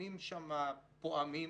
הקניונים שם פועמים,